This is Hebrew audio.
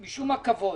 משום הכבוד.